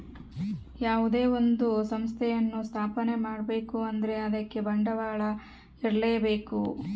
ಯಾವುದೇ ಒಂದು ಸಂಸ್ಥೆಯನ್ನು ಸ್ಥಾಪನೆ ಮಾಡ್ಬೇಕು ಅಂದ್ರೆ ಅದಕ್ಕೆ ಬಂಡವಾಳ ಇರ್ಲೇಬೇಕು